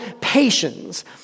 patience